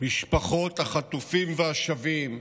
משפחות החטופים והשבים,